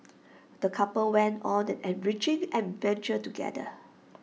the couple went on an enriching adventure together